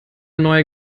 neue